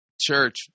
church